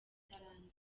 itarangiye